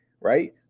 right